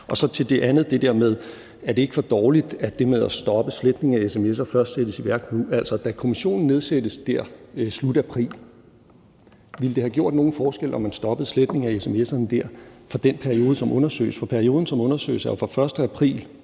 er. Til det andet med, om ikke det er for dårligt, at det med at stoppe sletning af sms'er først sættes i værk nu, vil jeg sige, at da kommissionen nedsættes i slutningen af april, ville det da have gjort nogen forskel, om man stoppede sletningen af sms'erne der for den periode, som undersøges? For perioden, som undersøges, er jo fra 1. april